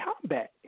combat